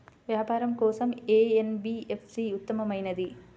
వ్యాపారం కోసం ఏ ఎన్.బీ.ఎఫ్.సి ఉత్తమమైనది?